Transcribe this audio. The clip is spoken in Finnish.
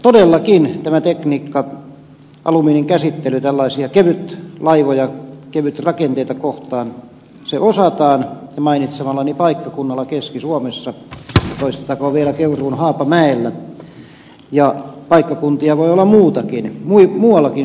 todellakin tämä tekniikka alumiininkäsittely tällaisia kevytlaivoja kevytrakenteita kohtaan osataan mainitsemallani paikkakunnalla keski suomessa toistettakoon vielä keuruun haapamäellä ja paikkakuntia voi olla muuallakin suomessa